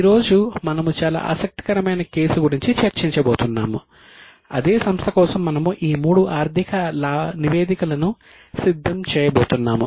ఈ రోజు మనము చాలా ఆసక్తికరమైన కేసు గురించి చర్చించబోతున్నాము అదే సంస్థ కోసం మనము ఈ మూడు ఆర్థిక నివేదికలను సిద్ధం చేయబోతున్నాము